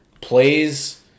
plays